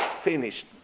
finished